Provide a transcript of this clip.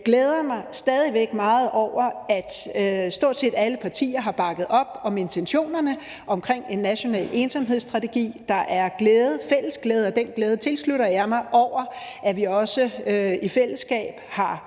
jeg glæder mig stadig væk meget over, at stort set alle partier har bakket op om intentionerne med en national ensomhedsstrategi. Der er fælles glæde – og den glæde tilslutter jeg mig – over, at vi også i fællesskab har